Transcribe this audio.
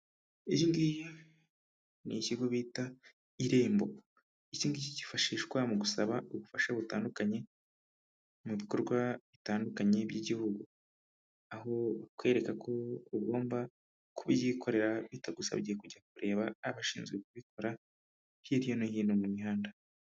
Iyi ngiyi ni ikigo bita Irembo. Iki ngiki cyifashishwa mu gusaba ubufasha butandukanye mu bikorwa bitandukanye by'igihugu. Aho bakwereka ko ugomba kubyikorera bitagusabye kujya kureba abashinzwe kubikora hirya no hino mu mihanda.